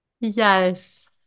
Yes